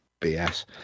BS